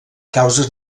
causes